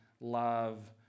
love